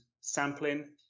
sampling